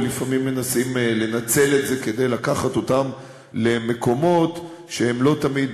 ולפעמים מנסים לנצל את זה כדי לקחת אותם למקומות שהם לא תמיד